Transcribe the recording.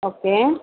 okay